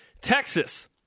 Texas